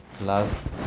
Love